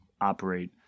operate